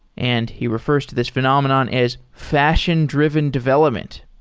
and he refers to this phenomenon as fashion-driven development.